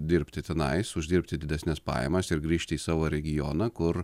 dirbti tenais uždirbti didesnes pajamas ir grįžti į savo regioną kur